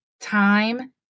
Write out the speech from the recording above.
time